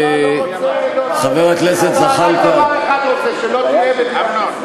רק דבר אחד הוא רוצה: שלא נהיה מדינת ישראל.